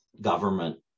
government